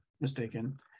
mistaken